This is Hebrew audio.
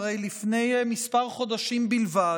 הרי לפני כמה חודשים בלבד,